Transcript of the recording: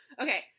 okay